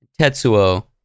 Tetsuo